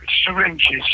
syringes